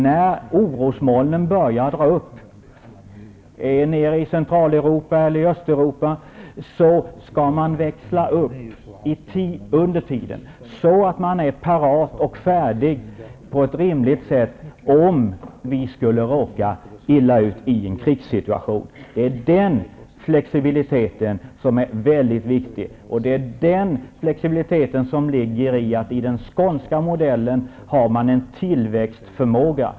När orosmolnen börjar komma nere i Centraleuropa eller i Östeuropa skall man växla upp under tiden, så att man är parat och färdig på ett rimligt sätt, om vi skulle råka illa ut i en krigssituation. Det är den flexibiliteten som är mycket viktig. Det är den flexibiliteten som ligger i den skånska modellen, där man har en tillväxtförmåga.